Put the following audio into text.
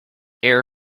air